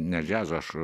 ne džiazo aš